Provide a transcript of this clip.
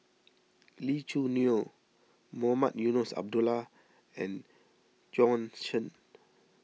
Lee Choo Neo Mohamed Eunos Abdullah and Bjorn Shen